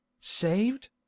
Saved